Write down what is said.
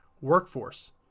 workforce